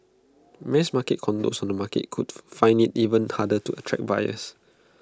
mass market condos on the market could find IT even harder to attract buyers